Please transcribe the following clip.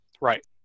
right